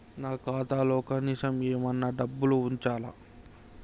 నా ఖాతాలో కనీసం ఏమన్నా డబ్బులు ఉంచాలా?